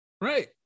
Right